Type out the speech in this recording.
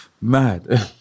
Mad